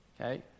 Okay